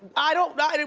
i don't know.